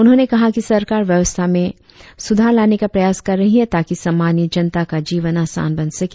उन्होंने कहा कि सरकार व्यवस्था में सुधार लाने का प्रयास कर रही है ताकि सामान्य जनता का जीवन आसान बन सके